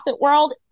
world